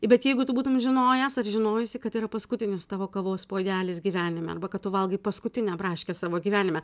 bet jeigu tu būtum žinojęs ar žinojusi kad tai yra paskutinis tavo kavos puodelis gyvenime arba kad tu valgai paskutinę braškę savo gyvenime